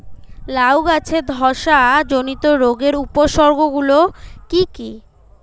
লাউ গাছের ধসা জনিত রোগের উপসর্গ গুলো কি কি?